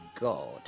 God